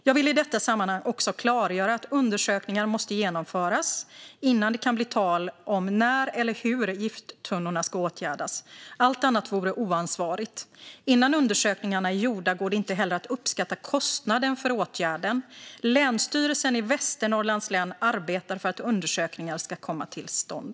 Jag vill i detta sammanhang också klargöra att undersökningar måste genomföras innan det kan bli tal om när eller hur gifttunnorna ska åtgärdas. Allt annat vore oansvarigt. Innan undersökningarna är gjorda går det inte heller att uppskatta kostnaden för åtgärden. Länsstyrelsen i Västernorrlands län arbetar för att undersökningar ska komma till stånd.